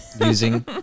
using